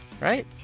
right